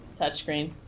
Touchscreen